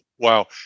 Wow